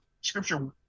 Scripture